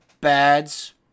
bads